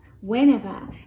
whenever